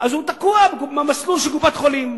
הוא תקוע במסלול של קופת-חולים,